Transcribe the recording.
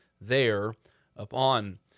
thereupon